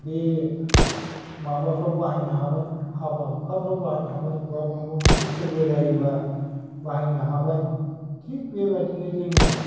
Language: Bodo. बे माबाफ्राव बाहायनो हाबाय हाबा हुखाफ्राव बाहायनो हाबाय बा माबा मोनसे फोरबो जायोबा बाहायनो हाबाय थिक बेबादिनो जोङो